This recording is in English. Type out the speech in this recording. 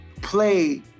play